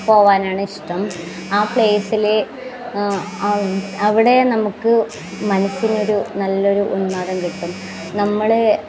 പോവാനാണ് ഇഷ്ടം ആ പ്ലേസിലെ അവ് അവിടെ നമുക്ക് മനസ്സിനൊരു നല്ലൊരു ഉന്മാദം കിട്ടും നമ്മളെ